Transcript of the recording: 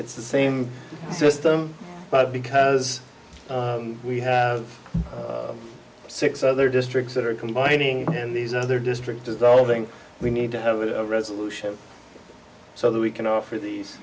it's the same system but because we have six other districts that are combining and these other district dissolving we need to have a resolution so that we can offer these